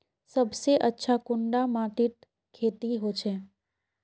सबसे अच्छा कुंडा माटित खेती होचे?